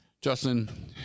Justin